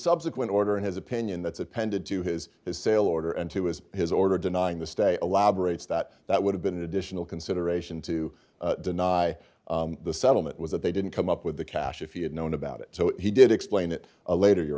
subsequent order in his opinion that's appended to his his sale order and to is his order denying the state elaborates that that would have been an additional consideration to deny the settlement was that they didn't come up with the cash if he had known about it so he did explain it later you